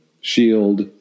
shield